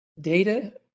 data